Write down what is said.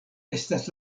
estas